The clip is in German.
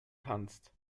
kannst